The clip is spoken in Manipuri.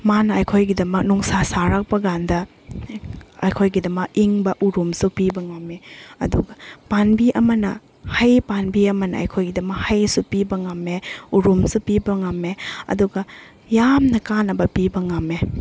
ꯃꯥꯅ ꯑꯩꯈꯣꯏꯒꯤꯗꯃꯛ ꯅꯨꯡꯁꯥ ꯁꯥꯔꯛꯄꯀꯥꯟꯗ ꯑꯩꯈꯣꯏꯒꯤꯗꯃꯛ ꯏꯪꯕ ꯎꯔꯨꯝꯁꯨ ꯄꯤꯕ ꯉꯝꯃꯦ ꯑꯗꯨꯒ ꯄꯥꯟꯕꯤ ꯑꯃꯅ ꯍꯩ ꯄꯥꯟꯕꯤ ꯑꯃꯅ ꯑꯩꯈꯣꯏꯒꯤꯗꯃꯛ ꯍꯩꯁꯨ ꯄꯤꯕ ꯉꯝꯃꯦ ꯎꯔꯨꯝꯁꯨ ꯄꯤꯕ ꯉꯝꯃꯦ ꯑꯗꯨꯒ ꯌꯥꯝꯅ ꯀꯥꯟꯅꯕ ꯄꯤꯕ ꯉꯝꯃꯦ